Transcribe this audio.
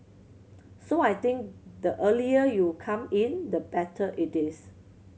so I think the earlier you come in the better it is